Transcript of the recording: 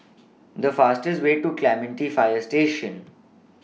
The fastest Way to Clementi Fire Station